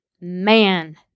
man